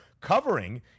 covering